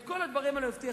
את כל הדברים האלה הוא הבטיח,